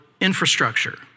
infrastructure